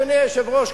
אדוני היושב-ראש,